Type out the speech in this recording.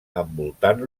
envoltant